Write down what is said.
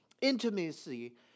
intimacy